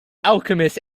alchemist